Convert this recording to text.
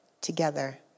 together